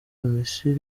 komisiyo